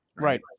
right